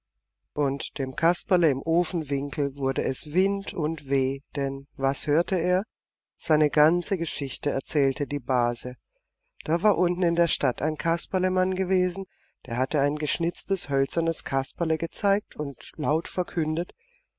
und dem kasperle im ofenwinkel wurde es wind und weh denn was hörte er seine ganze geschichte erzählte die base da war unten in der stadt ein kasperlemann gewesen der hatte ein geschnitztes hölzernes kasperle gezeigt und laut verkündet